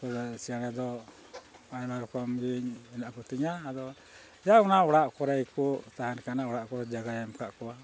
ᱪᱮᱬᱮ ᱫᱚ ᱟᱭᱢᱟ ᱨᱚᱠᱚᱢ ᱜᱮ ᱦᱮᱱᱟᱜ ᱠᱚᱛᱤᱧᱟ ᱟᱫᱚ ᱡᱟᱭᱦᱳᱠ ᱚᱱᱟ ᱚᱲᱟᱜ ᱠᱚᱨᱮ ᱜᱮᱠᱚ ᱛᱟᱦᱮᱱ ᱠᱟᱱᱟ ᱚᱲᱟᱜ ᱠᱚᱨᱮ ᱡᱟᱜᱟᱭ ᱮᱢ ᱟᱠᱟᱫ ᱠᱚᱣᱟ